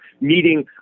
meeting